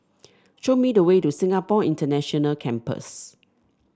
show me the way to Singapore International Campus